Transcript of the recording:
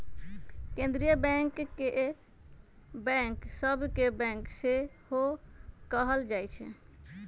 केंद्रीय बैंक के बैंक सभ के बैंक सेहो कहल जाइ छइ